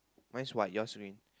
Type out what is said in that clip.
mine is white yours is green